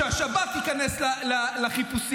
שהשב"כ ייכנס לחיפושים,